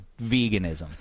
veganism